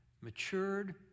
matured